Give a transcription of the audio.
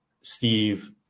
steve